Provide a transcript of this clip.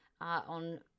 on